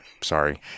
Sorry